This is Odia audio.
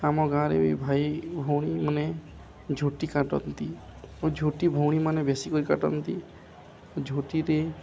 ଆମ ଗାଁ'ରେ ବି ଭାଇ ଭଉଣୀ ମାନେ ଝୋଟି କାଟନ୍ତି ଓ ଝୋଟି ଭଉଣୀମାନେ ବେଶି ବି କାଟନ୍ତି ଝୋଟିରେ